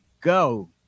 go